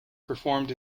performed